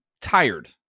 tired